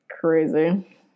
Crazy